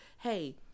hey